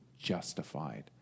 justified